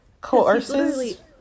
Coerces